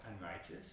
unrighteous